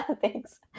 thanks